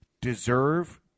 deserve